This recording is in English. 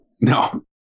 No